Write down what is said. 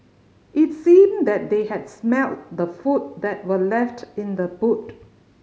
it seemed that they had smelt the food that were left in the boot